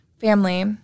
family